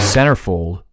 Centerfold